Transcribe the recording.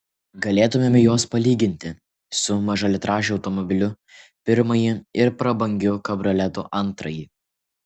galėtumėme juos palyginti su mažalitražiu automobiliu pirmąjį ir prabangiu kabrioletu antrąjį